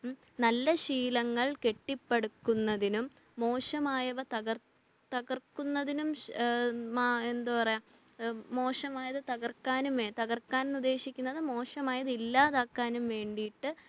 നല്ല ശീലങ്ങൾ കെട്ടിപ്പടുക്കുന്നതിനും മോശമായവ തകർക്കുന്നതിനും എന്താ പറയുക മോശമായത് തകർക്കാനും തകർക്കാനെന്നുദ്ദേശിക്കുന്നത് മോശമായത് ഇല്ലാതാക്കാനും വേണ്ടിയിട്ട്